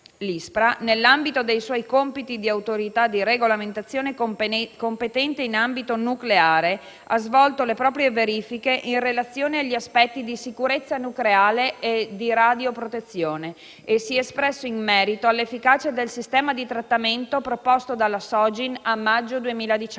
L'ISPRA, nell'ambito dei suoi compiti di autorità di regolamentazione competente in ambito nucleare, ha svolto le proprie verifiche in relazione agli aspetti di sicurezza nucleare e di radioprotezione e si è espresso in merito all'efficacia del sistema di trattamento proposto dalla Sogin nel maggio 2018.